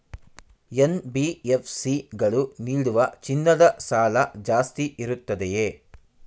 NBFC ಗಳು ನೀಡುವ ಚಿನ್ನದ ಸಾಲ ಜಾಸ್ತಿ ಇರುತ್ತದೆಯೇ?